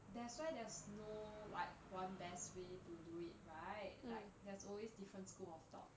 that's why there's no like one best way to do it right like there's always different school of thought